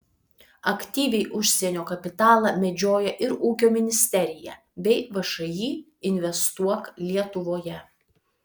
aktyviai užsienio kapitalą medžioja ir ūkio ministerija bei všį investuok lietuvoje